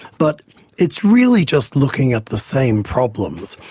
but it's really just looking at the same problems,